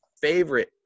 favorite